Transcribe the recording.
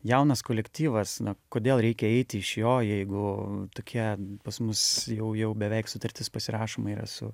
jaunas kolektyvas na kodėl reikia eiti iš jo jeigu tokie pas mus jau jau beveik sutartis pasirašoma yra su